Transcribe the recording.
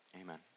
amen